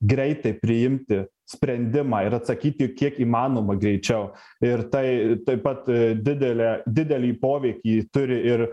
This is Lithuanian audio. greitai priimti sprendimą ir atsakyti kiek įmanoma greičiau ir tai taip pat didelę didelį poveikį turi ir